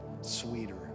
sweeter